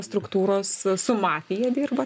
struktūros su mafija dirba